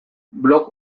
blog